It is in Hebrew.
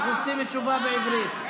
אנחנו רוצים תשובה בעברית.